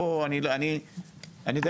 אני יודע